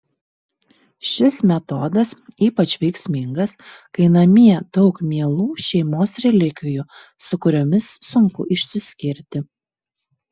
šis metodas ypač veiksmingas kai namie daug mielų šeimos relikvijų su kuriomis sunku išsiskirti